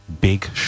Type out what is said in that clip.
Big